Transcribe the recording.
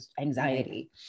Anxiety